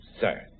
sir